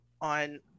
on